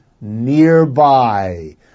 nearby